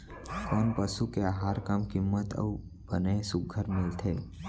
कोन पसु के आहार कम किम्मत म अऊ बने सुघ्घर मिलथे?